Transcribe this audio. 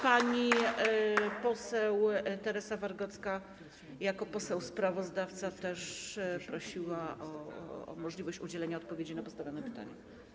Pani poseł Teresa Wargocka jako poseł sprawozdawca też prosiła o możliwość udzielenia odpowiedzi na postawione pytania.